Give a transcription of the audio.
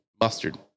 Mustard